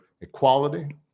equality